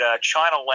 China